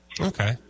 okay